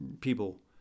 people